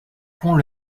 pont